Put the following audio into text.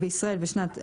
בישראל בשנת 2021,